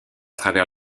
travers